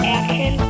action